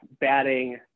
batting